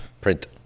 print